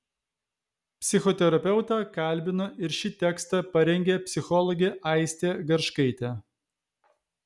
psichoterapeutą kalbino ir šį tekstą parengė psichologė aistė garškaitė